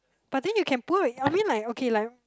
but then you can put I mean like okay like